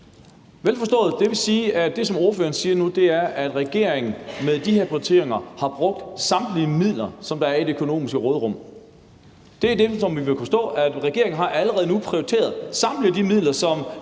Det vil sige, at det, som ordføreren siger nu, er, at regeringen med de her prioriteringer har brugt samtlige midler, der er i det økonomiske råderum. Det er det, vi må kunne forstå, altså at regeringen allerede nu har prioriteret samtlige de midler, der